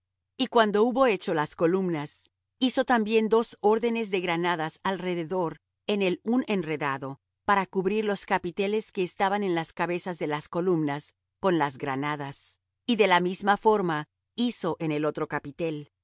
y cuando hubo hecho las columnas hizo también dos órdenes de granadas alrededor en el un enredado para cubrir los capiteles que estaban en las cabezas de las columnas con las granadas y de la misma forma hizo en el otro capitel los